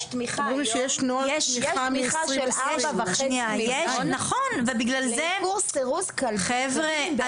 יש תמיכה של 4.5 מיליון לעיקור וסירוס כלבי --- חבר'ה,